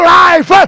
life